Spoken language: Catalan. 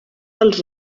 els